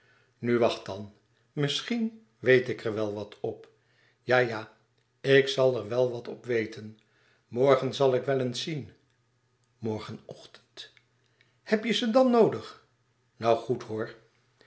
nu wacht dan misschien weet ik er wel wat op ja ja ik zal er wel wat op weten morgen zal ik wel eens zien morgen ochtend heb je ze dan noodig nou goed hoor